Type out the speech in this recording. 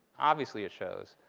obviously it shows,